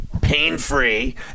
pain-free